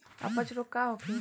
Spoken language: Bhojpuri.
अपच रोग का होखे?